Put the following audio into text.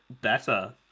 better